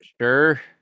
Sure